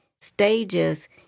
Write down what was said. stages